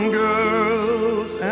girls